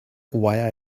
why